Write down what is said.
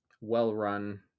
well-run